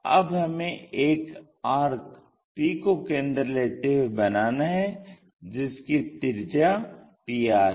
अब हमें एक आर्क p को केंद्र लेते हुए बनाना है जिसकी त्रिज्या pr है